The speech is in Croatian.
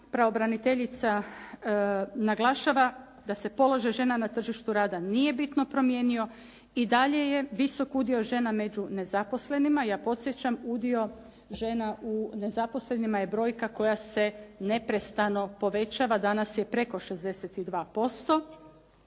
pravobraniteljica naglašava da se položaj žena na tržištu rada nije bitno promijenio i dalje je visok udio žena među nezaposlenima. Ja podsjećam, udio žena u nezaposlenima je brojka koja se neprestano povećava. Danas je preko 62%.